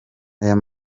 ayo